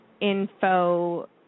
info